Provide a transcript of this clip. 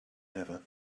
never